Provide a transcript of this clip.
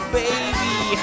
baby